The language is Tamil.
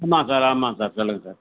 ஆமாம் சார் ஆமாம் சார் சொல்லுங்கள் சார்